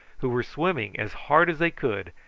who were swimming as hard as they could,